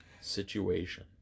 situation